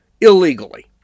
illegally